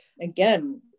again